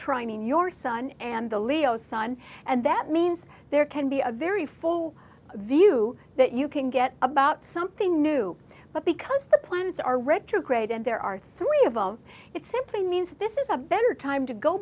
trying your son and the leo sun and that means there can be a very full view that you can get about something new but because the planets are retrograde and there are three of them it simply means this is a better time to go